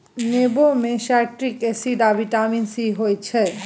नेबो मे citric acid आ बिटामिन सी होइ छै